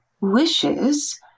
wishes